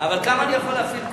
כן, אבל כמה אני יכול להפעיל כוח?